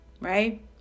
Right